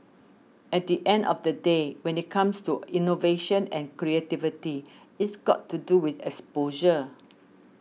at the end of the day when it comes to innovation and creativity it's got to do with exposure